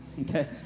Okay